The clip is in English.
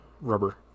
rubber